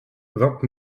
vingt